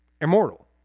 immortal